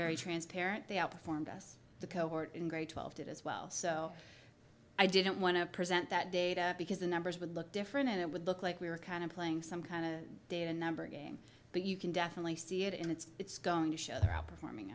very transparent they outperformed us the cohort in grade twelve did as well so i didn't want to present that data because the numbers would look different and it would look like we were kind of playing some kind of data number game but you can definitely see it and it's it's going to show there outperforming